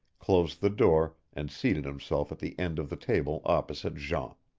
closed the door and seated himself at the end of the table opposite jean.